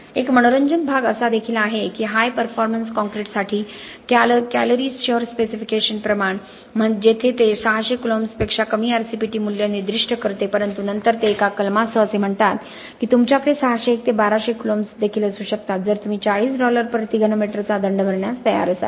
एक मनोरंजक भाग असदेखील आहे की हाय परफॉर्मेंस कॉंक्रिटसाठी कॅल्गरी शहर स्पेसिफिकेशन प्रमाणे जेथे ते 600 कुलोंब्स पेक्षा कमी RCPT मूल्य निर्दिष्ट करते परंतु नंतर ते एका कलमासह असे म्हणतात की तुमच्याकडे 601 ते 1200 कूलॉम्ब्स देखील असू शकतात जर तुम्ही 40 डॉलर्स प्रति घनमीटर चा दंड भरण्यास तयार असाल